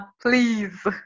please